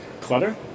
clutter